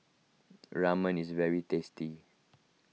Ramen is very tasty